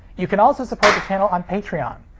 you can also support the channel on patreon.